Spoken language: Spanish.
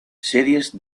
series